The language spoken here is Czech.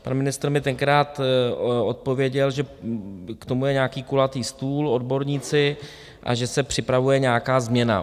Pan ministr mi tenkrát odpověděl, že k tomu je nějaký kulatý stůl, odborníci a že se připravuje nějaká změna.